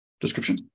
description